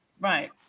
Right